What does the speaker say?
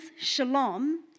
Shalom